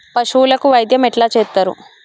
పశువులకు వైద్యం ఎట్లా చేత్తరు?